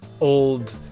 old